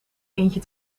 eentje